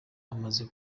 amaze